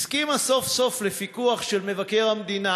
הסכימה סוף-סוף לפיקוח של מבקר המדינה